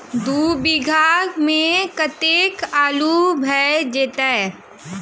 दु बीघा मे कतेक आलु भऽ जेतय?